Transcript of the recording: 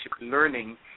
learning